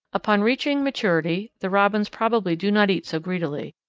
upon reaching maturity the robins probably do not eat so greedily,